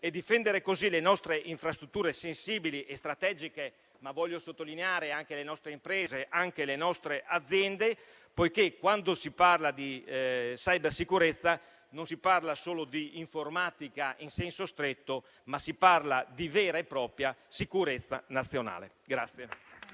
e difendere le nostre infrastrutture sensibili e strategiche, ma - lo voglio sottolineare - anche le nostre imprese ed aziende, poiché quando si parla di cybersicurezza non si parla solo di informatica in senso stretto, ma di vera e propria sicurezza nazionale.